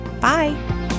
Bye